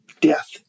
death